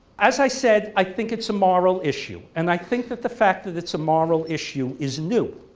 as i said i think it's a moral issue and i think that the fact that it's a moral issue is new.